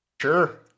Sure